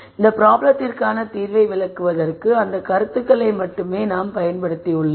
இந்த ப்ராப்ளத்திற்கான தீர்வை விளக்குவதற்கு அந்த கருத்துக்களை மட்டுமே நாம் பயன்படுத்தியுள்ளோம்